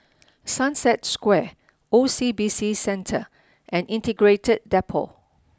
Sunset Square O C B C Centre and Integrated Depot